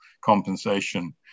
compensation